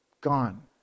gone